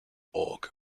org